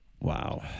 Wow